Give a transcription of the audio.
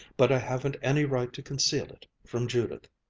but i haven't any right to conceal it from judith.